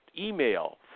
Email